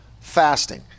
fasting